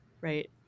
Right